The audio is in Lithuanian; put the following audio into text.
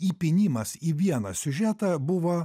įpynimas į vieną siužetą buvo